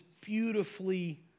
beautifully